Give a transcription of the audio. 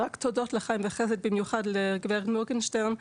ורק תודות לכם ובמיוחד לגב' מורגנשטרן,